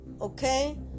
okay